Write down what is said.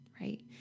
right